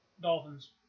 Dolphins